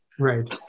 Right